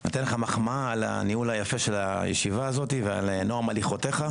אני נותן לך מחמאה על הניהול היפה של הישיבה הזאת ועל נועם הליכותיך.